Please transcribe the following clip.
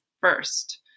first